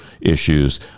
issues